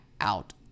out